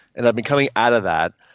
and i've been coming out of that.